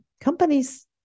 companies